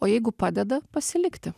o jeigu padeda pasilikti